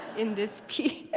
in this piece.